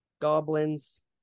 goblins